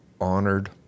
honored